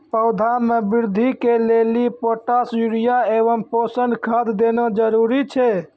पौधा मे बृद्धि के लेली पोटास यूरिया एवं पोषण खाद देना जरूरी छै?